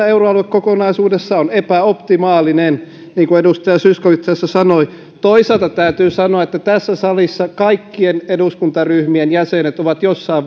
euroalue kokonaisuudessaan on epäoptimaalinen niin kuin edustaja zyskowicz tässä sanoi toisaalta täytyy sanoa että tässä salissa kaikkien eduskuntaryhmien jäsenet ovat jossain